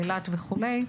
אילת וכולי.